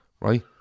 right